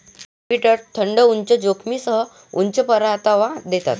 equity fund उच्च जोखमीसह उच्च परतावा देतात